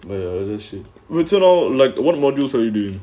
then ya then she will turn out like what modules already